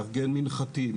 לארגן מנחתים,